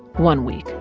one week,